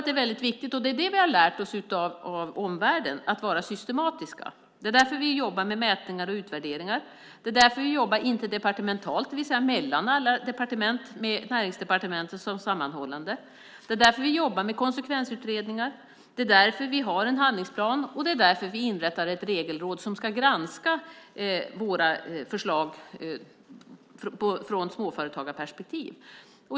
Det vi har lärt oss av omvärlden och som är väldigt viktigt är att vara systematiska. Det är därför vi jobbar med mätningar och utvärderingar. Det är därför vi arbetar interdepartementalt, det vill säga mellan alla departement med Näringsdepartementet som sammanhållande. Det är därför vi jobbar med konsekvensutredningar. Det är därför vi har en handlingsplan, och det är därför vi inrättar ett regelråd som ska granska våra förslag från ett småföretagarperspektiv.